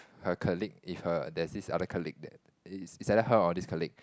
her colleague if her there's this other colleague that it's either her or this colleague